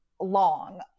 long